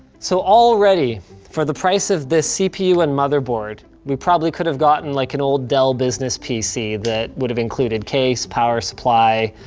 so already for the price of this cpu and motherboard, we probably could have gotten like an old dell business pc that would have included case, power supply,